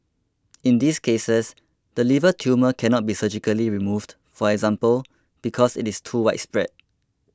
in these cases the liver tumour cannot be surgically removed for example because it is too widespread